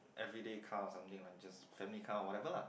everyday car or something like just family car or whatever lah